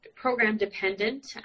program-dependent